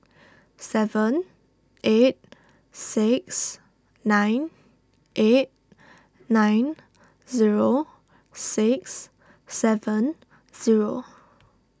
seven eight six nine eight nine zero six seven zero